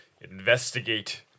Investigate